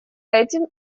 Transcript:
этим